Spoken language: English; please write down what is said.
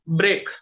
break